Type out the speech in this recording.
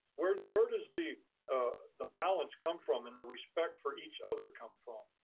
where where does the ah the balance come from and the respect for each other come from?